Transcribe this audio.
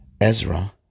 Ezra